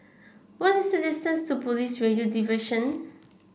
why is the distance to Police Radio Division